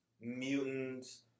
mutants